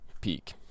peak